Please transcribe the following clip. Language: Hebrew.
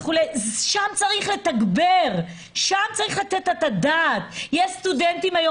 שם צריך לתגבר, שם צריך לתת את הדעת.